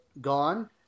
gone